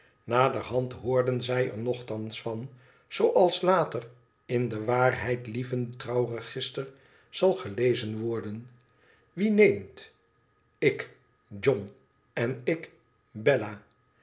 naderhand hoorden zij er nochtans van zooals later in het waarheidhevende trouwregister zal gelezen worden wie neemt ik john en ik bella